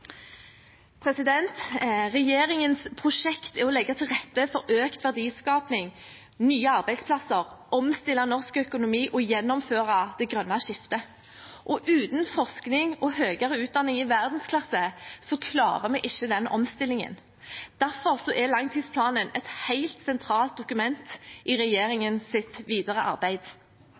Regjeringens prosjekt er å legge til rette for økt verdiskaping og nye arbeidsplasser, omstille norsk økonomi og gjennomføre det grønne skiftet. Uten forskning og høyere utdanning i verdensklasse klarer vi ikke den omstillingen. Derfor er langtidsplanen et helt sentralt dokument i regjeringens videre arbeid.